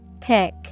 Pick